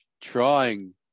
trying